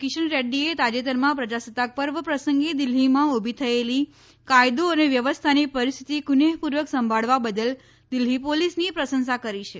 કિશન રેડ્ડીએ તાજેતરમાં પ્રજાસત્તાક પર્વ પ્રસંગે દિલ્ફીમાં ઊભી થયેલી કાયદો અને વ્યવસ્થાની પરિસ્થિતિ કુનેહપૂર્વક સંભાળવા બદલ દિલ્હી પોલીસની પ્રશંસા કરી છે